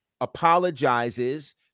apologizes